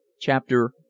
Chapter